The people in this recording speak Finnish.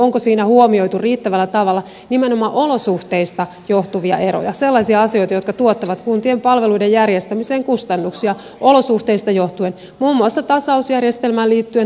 onko siinä huomioitu riittävällä tavalla nimenomaan olosuhteista johtuvia eroja sellaisia asioita jotka tuottavat kuntien palveluiden järjestämiseen kustannuksia olosuhteista johtuen muun muassa tasausjärjestelmään liittyen